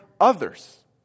others